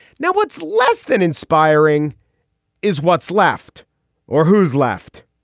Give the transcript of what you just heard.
now, what's less than inspiring is what's left or who's left.